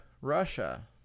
Russia